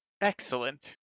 Excellent